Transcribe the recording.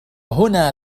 هنا